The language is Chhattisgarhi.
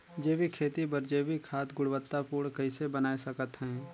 जैविक खेती बर जैविक खाद गुणवत्ता पूर्ण कइसे बनाय सकत हैं?